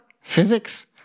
Physics